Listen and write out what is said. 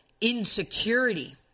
insecurity